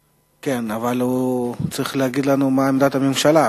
כן, אבל הוא צריך להגיד לנו מה עמדת הממשלה.